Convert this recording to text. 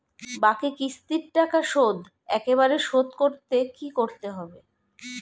বাকি কিস্তির টাকা শোধ একবারে শোধ করতে কি করতে হবে?